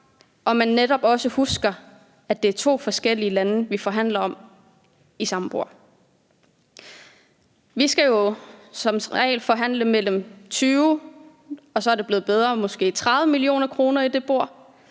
at man netop også skal huske, at det er to forskellige lande, vi forhandler om ved samme bord. Vi skal jo som regel forhandle om 20 mio. kr., og nu er det blevet bedre, så det er 30 mio. kr., vi skal